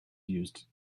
used